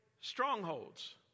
strongholds